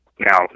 Now